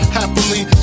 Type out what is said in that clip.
happily